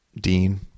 Dean